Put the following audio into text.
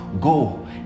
Go